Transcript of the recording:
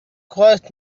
quite